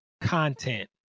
content